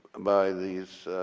by these